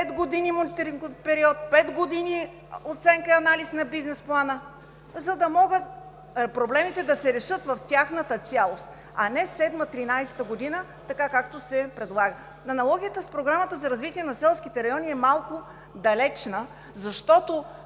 пет години мониторингов период, пет години оценка и анализ на бизнес плана, за да могат проблемите да се решат в тяхната цялост, а не 2007 – 2013 г., така както се предлага. Аналогията с Програмата за развитие на селските райони е малко далечна, защото